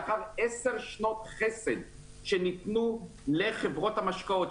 לאחר עשר שנות חסד שניתנו לחברות המשקאות,